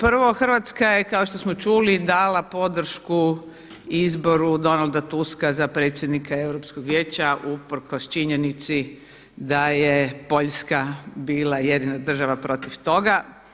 Prvo, Hrvatska je kao što smo čuli dala podršku izboru Donalda Tuska za predsjednika Europskog vijeća usprkos činjenici da je Poljska bila jedina država protiv toga.